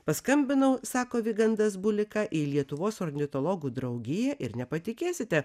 paskambinau sako vygandas bulika į lietuvos ornitologų draugiją ir nepatikėsite